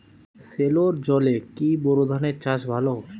সেলোর জলে কি বোর ধানের চাষ ভালো?